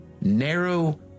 narrow